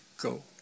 go